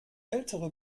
ältere